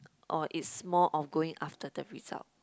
or is more on going after the result